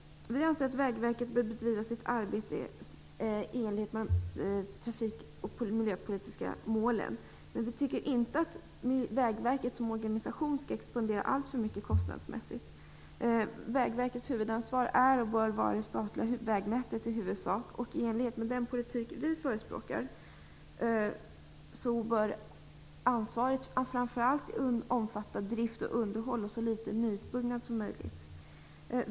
Vi anser att Vägverket bör bedriva sitt arbete i enlighet med de trafik och miljöpolitiska målen. Vi tycker dock inte att Vägverket som organisation skall expandera alltför mycket kostnadsmässigt. Vägverkets huvudansvar är, och bör i huvudsak vara, det statliga vägnätet. I enlighet med den politik som vi förespråkar bör ansvaret framför allt omfatta drift och underhåll. Det skall omfatta så litet nyutbyggnad som möjligt.